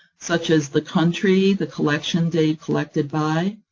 such as the country, the collection date, collected by.